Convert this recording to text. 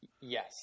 Yes